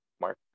Mark